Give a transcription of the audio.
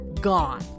gone